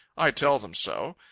i tell them so.